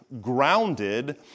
grounded